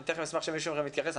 אני תכף אשמח שמישהו מכם יתייחס לזה,